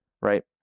right